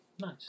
Nice